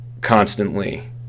constantly